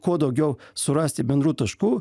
kuo daugiau surasti bendrų taškų